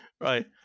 Right